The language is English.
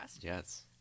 Yes